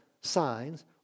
signs